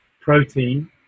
protein